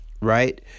right